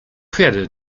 pferde